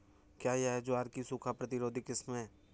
क्या यह ज्वार की सूखा प्रतिरोधी किस्म है?